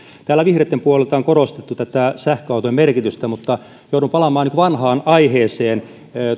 täällä vihreitten puolelta on korostettu tätä sähköauton merkitystä mutta joudun palaamaan nyt vanhaan aiheeseen